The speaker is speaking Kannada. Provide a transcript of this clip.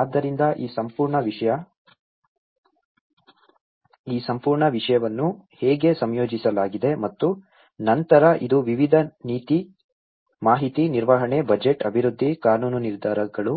ಆದ್ದರಿಂದ ಈ ಸಂಪೂರ್ಣ ವಿಷಯವನ್ನು ಹೇಗೆ ಸಂಯೋಜಿಸಲಾಗಿದೆ ಮತ್ತು ನಂತರ ಇದು ವಿವಿಧ ನೀತಿ ಮಾಹಿತಿ ನಿರ್ವಹಣೆ ಬಜೆಟ್ ಅಭಿವೃದ್ಧಿ ಕಾನೂನು ನಿರ್ಧಾರಗಳು